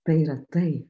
tai yra tai